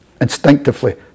instinctively